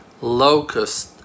locust